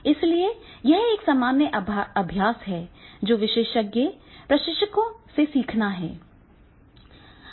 इसलिए यह एक सामान्य अभ्यास है जो विशेषज्ञ प्रशिक्षकों से सीखना है